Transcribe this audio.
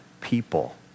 people